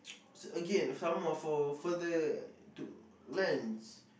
again some are for further to lands